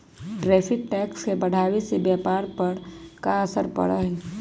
tariff tax के बढ़ावे से व्यापार पर का असर पड़ा हई